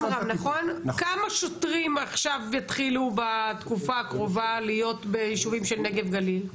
כמה שוטרים עכשיו יתחילו בתקופה הקרובה להיות ביישובים של נגב גליל?